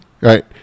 Right